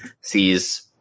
sees